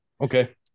Okay